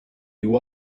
you